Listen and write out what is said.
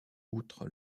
outre